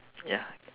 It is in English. ya